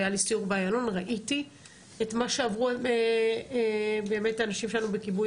היה לי סיור האיילון וראיתי את מה שעברו האנשים שלנו בכיבוי